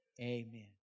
amen